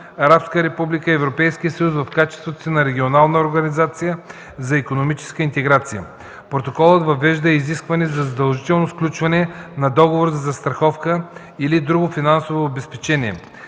съюз в качеството си на регионална организация за икономическа интеграция. Протоколът въвежда и изискване за задължително сключване на договор за застраховка или друго финансово обезпечение.